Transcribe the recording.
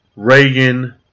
Reagan